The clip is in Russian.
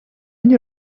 они